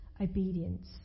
obedience